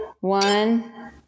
one